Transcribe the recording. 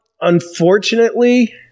unfortunately